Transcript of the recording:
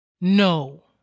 No